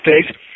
States